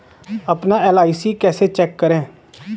अपना एल.आई.सी कैसे चेक करें?